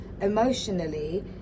emotionally